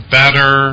better